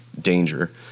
danger